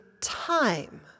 time